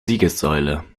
siegessäule